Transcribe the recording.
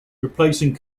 replacing